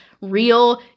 real